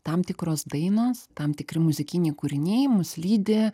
tam tikros dainos tam tikri muzikiniai kūriniai mus lydi